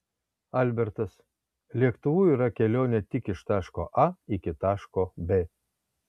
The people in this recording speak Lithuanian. albertas lėktuvu yra kelionė tik iš taško a iki taško b